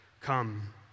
Come